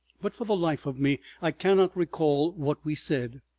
but for the life of me i cannot recall what we said,